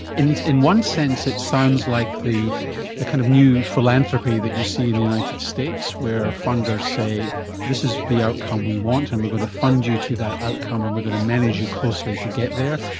in in one sense it sounds like the the kind of new philanthropy that you see in the united states where funders say this is the outcome we want and we're going to fund you to that outcome and um we're going to manage you closely to get there,